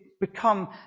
become